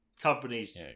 Companies